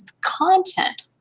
content